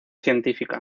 científica